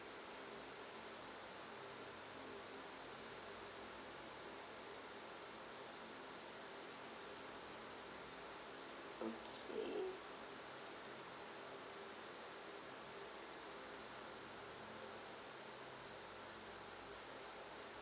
okay